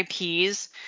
IPs